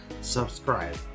Subscribe